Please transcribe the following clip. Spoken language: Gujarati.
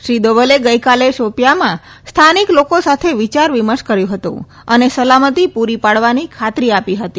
શ્રી દોવલે ગઈકાલે શોપિયાંમાં સ્થાનિક લોકો સાથે વિયાર વિમર્શ કર્યો હતો અને સલામતી પૂરી પાડવાની ખાતરી આપી હતી